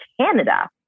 Canada